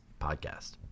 podcast